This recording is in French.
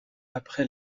après